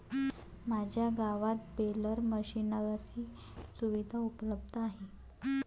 माझ्या गावात baler machinery सुविधा उपलब्ध आहे